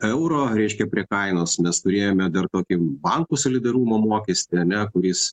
euro reiškia prie kainos mes turėjome dar tokį bankų solidarumo mokestį ane kuris